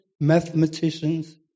mathematicians